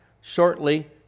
shortly